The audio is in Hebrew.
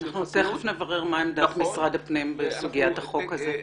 תכף נברר מה עמדת משרד הפנים בסוגיית החוק הזה.